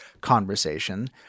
conversation